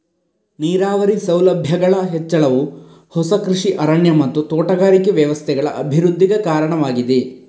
ನೀರಾವರಿ ಸೌಲಭ್ಯಗಳ ಹೆಚ್ಚಳವು ಹೊಸ ಕೃಷಿ ಅರಣ್ಯ ಮತ್ತು ತೋಟಗಾರಿಕೆ ವ್ಯವಸ್ಥೆಗಳ ಅಭಿವೃದ್ಧಿಗೆ ಕಾರಣವಾಗಿದೆ